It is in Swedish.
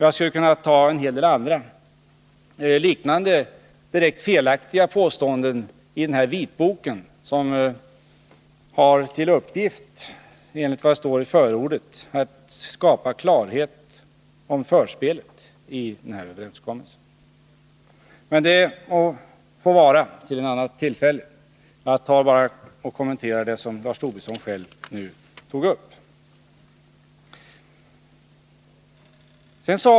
Jag skulle kunna bemöta en del andra liknande, direkt felaktiga påståenden i den här vitboken, som enligt vad som står i förordet har till syfte att skapa klarhet om förspelet till överenskommelsen. Men det får anstå till ett annat tillfälle. Jag kommenterar bara det som Lars Tobisson nu tog upp.